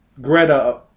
Greta